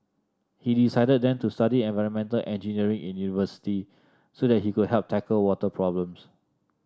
he decided then to study environmental engineering in university so that he could help tackle water problems